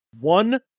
one